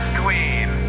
queen